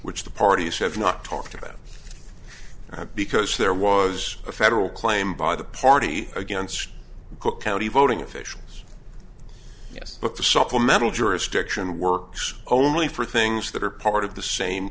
which the parties have not talked about because there was a federal claim by the party against cook county voting officials yes but the supplemental jurisdiction works only for things that are part of the same